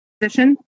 position